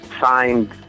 signed